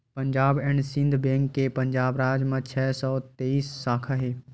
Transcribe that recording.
Punjab and Sind bank के पंजाब राज म छै सौ तेइस साखा हे